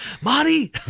Marty